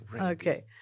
Okay